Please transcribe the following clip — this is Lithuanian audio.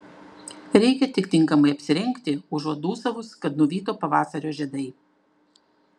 reikia tik tinkamai apsirengti užuot dūsavus kad nuvyto pavasario žiedai